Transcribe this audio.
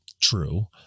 true